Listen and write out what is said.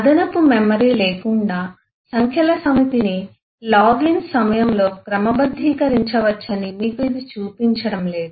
అదనపు మెమరీ లేకుండా సంఖ్యల సమితిని లాగిన్ సమయంలో క్రమబద్ధీకరించవచ్చని మీకు ఇది చూపించడం లేదు